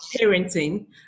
parenting